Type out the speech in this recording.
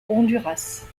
honduras